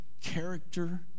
character